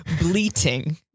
Bleating